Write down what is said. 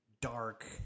dark